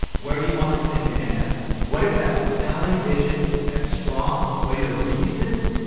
where do you want this thing to end up? what is that compelling vision that strong? what are your reasons?